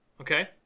okay